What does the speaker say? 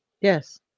Yes